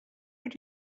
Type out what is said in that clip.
what